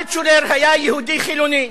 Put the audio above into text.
אלטשולר היה יהודי חילוני,